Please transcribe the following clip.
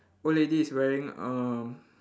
old lady is wearing uh